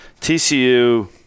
TCU